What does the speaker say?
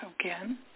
again